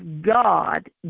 God